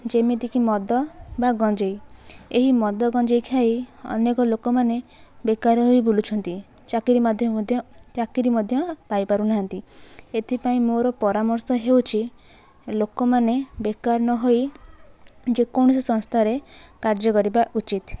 ଯେମିତିକି ମଦ ବା ଗଞ୍ଜେଇ ଏହି ମଦ ଗଞ୍ଜେଇ ଖାଇ ଅନେକ ଲୋକମାନେ ବେକାର ହୋଇ ବୁଲୁଛନ୍ତି ଚାକିରି ମାଧ୍ୟ ମଧ୍ୟ ଚାକିରୀ ମଧ୍ୟ ପାଇ ପାରୁନାହାଁନ୍ତି ଏଥିପାଇଁ ମୋର ପରାମର୍ଶ ହେଉଛି ଲୋକମାନେ ବେକାର ନହୋଇ ଯେକୌଣସି ସଂସ୍ଥାରେ କାର୍ଯ୍ୟ କରିବା ଉଚିତ୍